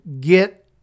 get